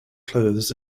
clothes